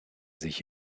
sich